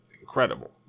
incredible